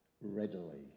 readily